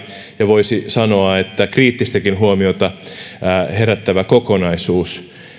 ja voisi sanoa kriittistäkin huomiota herättävä kokonaisuus